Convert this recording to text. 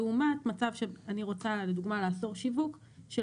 לעומת מצב שאני רוצה לדוגמה לאסור שיווק של